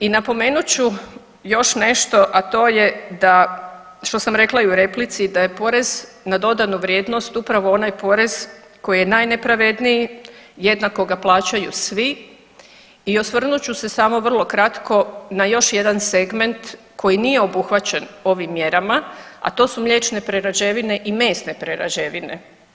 I napomenut ću još nešto, a to je da, što sam rekla i u replici, da je PDV upravo onaj porez koji je najnepravedniji, jednako ga plaćaju svi i osvrnut ću se samo vrlo kratko na još jedan segment koji nije obuhvaćen ovim mjerama, a to su mliječne prerađevine i mesne prerađevine.